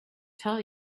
tell